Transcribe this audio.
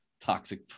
toxic